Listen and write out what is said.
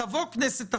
תבוא כנסת אחרת,